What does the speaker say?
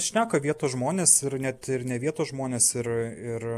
šneka vietos žmonės ir net ir ne vietos žmonės ir ir